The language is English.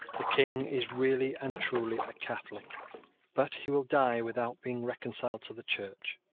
the king is really and truly a catholic but he will die without being reconciled to the church.